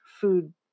food